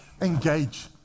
engage